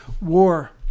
War